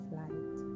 light